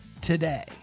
today